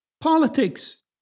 Politics